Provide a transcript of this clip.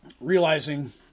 Realizing